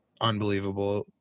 unbelievable